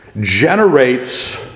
generates